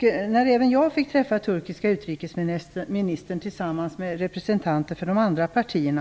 förekommer. Även jag fick träffa den turkiske utrikesministern tillsammans med representanter för de andra partierna.